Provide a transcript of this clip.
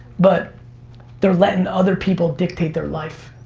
but they're letting other people dictate their life.